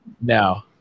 No